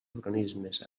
organismes